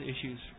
issues